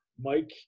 mike